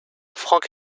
frank